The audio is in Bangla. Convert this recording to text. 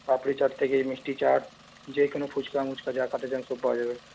পাপড়ি চাট থেকে মিষ্টি চাট যে কোন ফুচকা মুচকা যা খেতে চান সব পাওয়া যাবে